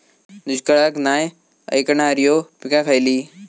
दुष्काळाक नाय ऐकणार्यो पीका खयली?